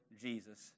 Jesus